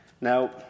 now